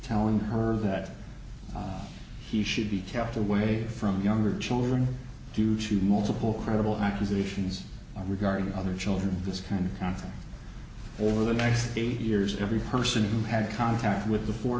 telling her that he should be kept away from younger children due to multiple credible accusations regarding the other children this kind of contact over the next eight years every person who had contact with the four